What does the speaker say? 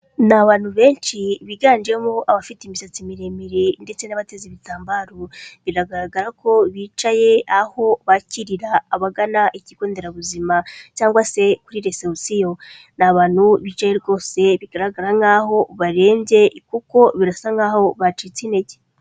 Ni abantu benshi biganjemo abafite imisatsi miremire ndetse n'abateze ibitambaro, biragaragara ko bicaye aho bakirira abagana ikigo nderabuzima cyangwa se kuri resebusiyo. Ni abantu bicaye rwose bigaragara nk'aho barembye kuko birasa nk'aho bacitse intege.